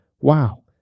wow